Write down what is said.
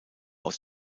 aus